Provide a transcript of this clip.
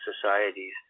societies